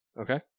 Okay